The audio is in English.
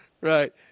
Right